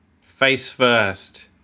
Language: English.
face-first